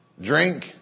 drink